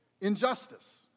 injustice